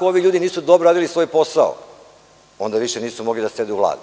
ovi ljudi nisu dobro radili svoj posao, onda više nisu mogli da sede u Vladi.